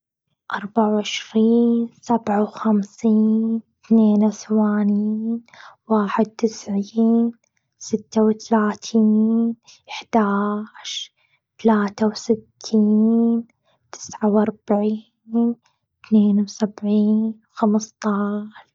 أربعة وعشرين، سبعة وخمسين، إتنين وثمانين، واحد وتسعين، سته وتلاتين، إحداش، تلاتة وستين، تسعة وأربعين، إتنين وسبعين، خمستاش.